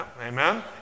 Amen